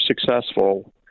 successful